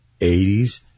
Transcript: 80s